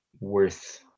worth